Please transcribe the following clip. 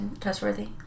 trustworthy